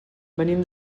venim